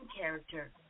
character